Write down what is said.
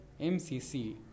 MCC